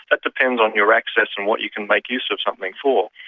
it depends on your access and what you can make use of something for.